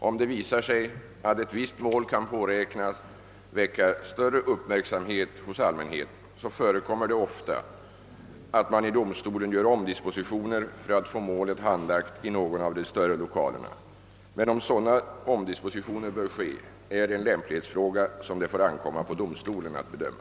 Om det visar sig att ett visst mål kan beräknas väcka större uppmärksamhet hos allmänheten gör domstolen ofta omdispositioner för att få målet handlagt i någon av de större lokalerna. Men om sådana omdispositioner bör ske är en lämplighetsfråga som det får ankomma på domstolen att bedöma.